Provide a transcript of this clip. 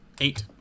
Eight